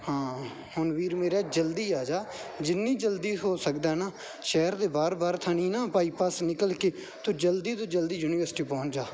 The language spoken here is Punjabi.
ਹਾਂ ਹੁਣ ਵੀਰ ਮੇਰਿਆ ਜਲਦੀ ਆ ਜਾ ਜਿੰਨੀ ਜਲਦੀ ਹੋ ਸਕਦਾ ਨਾ ਸ਼ਹਿਰ ਦੇ ਬਾਹਰ ਬਾਹਰ ਥਾਣੀ ਨਾ ਬਾਈਪਾਸ ਨਿਕਲ ਕੇ ਤੂੰ ਜਲਦੀ ਤੋਂ ਜਲਦੀ ਯੂਨੀਵਰਸਿਟੀ ਪਹੁੰਚ ਜਾ